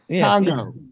Congo